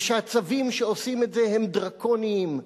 ושהצווים שעושים את זה הם דרקוניים.